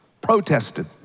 Protested